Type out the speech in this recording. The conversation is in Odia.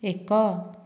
ଏକ